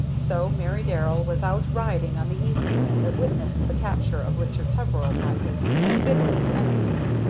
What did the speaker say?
so mary darrell was out riding on the evening that witnessed the capture of richard peveril by his bitterest enemies,